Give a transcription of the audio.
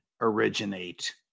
originate